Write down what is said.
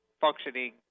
functioning